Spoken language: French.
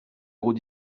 gros